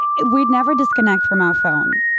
we never disconnect from our phone.